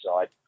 side